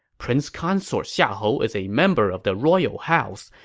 prince consort xiahou is a member of the royal house.